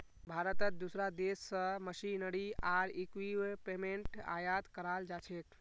भारतत दूसरा देश स मशीनरी आर इक्विपमेंट आयात कराल जा छेक